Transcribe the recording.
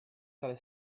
tale